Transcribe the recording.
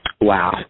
Wow